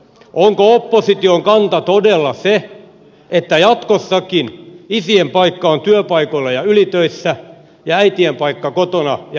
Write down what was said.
onko opposition kanta todella se että jatkossakin isien paikka on työpaikoilla ja ylitöissä ja äitien paikka kotona ja hiekkalaatikoilla